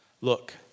Look